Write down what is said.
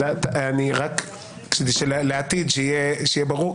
רק לעתיד שיהיה ברור,